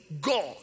God